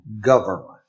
government